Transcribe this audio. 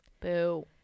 boo